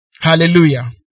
Hallelujah